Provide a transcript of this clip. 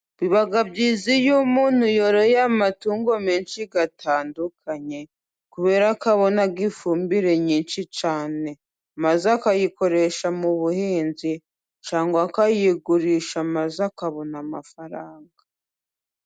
Biba byiza iyo umuntu yoroye amatungo menshi atandukanye kubera ko abona ifumbire nyinshi cyane maze akayikoresha mu buhinzi cyangwa akayigurisha maze akabona amafaranga.